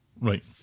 right